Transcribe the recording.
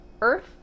earth